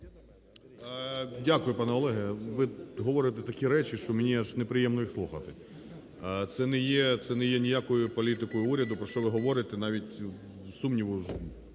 Дякую, пане Олег. Ви говорите такі речі, що мені аж неприємно їх слухати. Це не є ніякою політикою уряду, про що ви говорите. Навіть не говоріть